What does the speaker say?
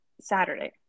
Saturday